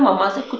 mother.